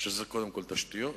קודם כול תשתיות,